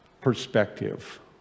perspective